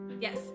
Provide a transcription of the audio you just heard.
yes